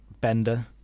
bender